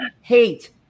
hate